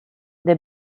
des